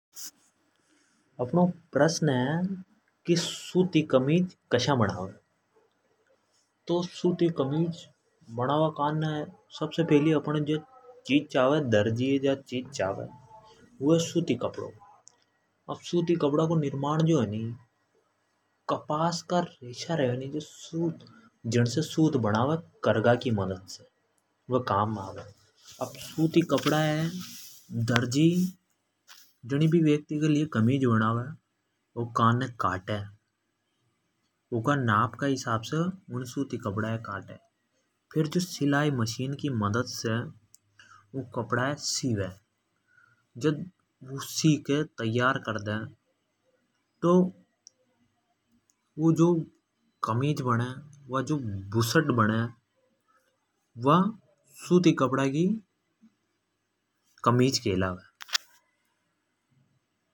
अपनो प्रसन है की सूती कमीज कसा बनावे। तो सूती कमीज बना बा कानने दर्जी ये जो चिज छावे वु रेवे सूती कपडो। अब सूती कपडा को निर्माण जो है नी कपास का रेशा रेवे नी जन से सुत बनावे करगा की मदद से। अब सूती कपड़ा की दर्जी जण वेक्ति की लिए कमीज बनावे ऊँके कानने काटे। फेर् जो सीलाई मशीन की मदद से ऊँ कपड़ा य सिवे जद वु सिके तैयार कर दे तो वु जो कमीज बने वा जो बुसट बने। वा सूती कपड़ा की कमीज केलावे।